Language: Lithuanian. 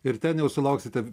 ir ten jau sulauksite